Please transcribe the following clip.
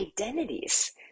identities